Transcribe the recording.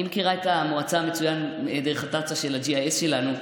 אני מכירה את המועצה מצוין דרך אפליקציית ה-GIS שלנו,